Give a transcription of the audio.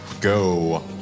go